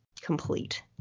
complete